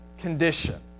condition